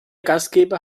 gastgeber